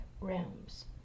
Realms